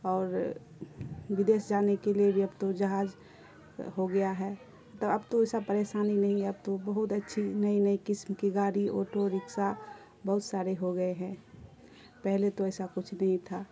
اور ودیش جانے کے لیے بھی اب تو جہاز ہو گیا ہے تو اب تو ایسا پریشانی نہیں ہے اب تو بہت اچھی نئی نئی قسم کی گاڑی آٹو رکسا بہت سارے ہو گئے ہیں پہلے تو ایسا کچھ نہیں تھا